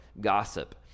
gossip